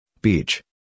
beach